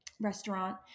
restaurant